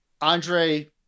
Andre